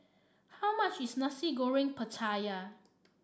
how much is Nasi Goreng Pattaya